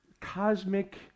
cosmic